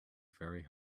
very